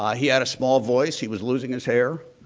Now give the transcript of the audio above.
ah he had a small voice, he was losing his hair.